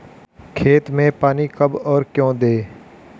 खेत में पानी कब और क्यों दें?